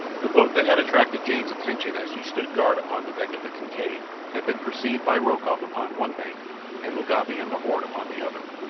the boat that had attracted jane's attention as she stood guard upon the deck of the kincaid had been perceived by rokoff upon one bank and mugambi and the horde upon the other.